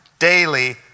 daily